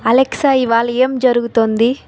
Alexa ఇవాళ ఏం జరుగుతోంది